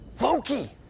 Loki